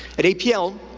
at apl,